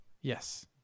Yes